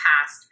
past